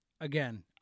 Again